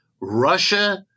Russia